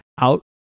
out